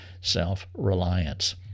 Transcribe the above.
self-reliance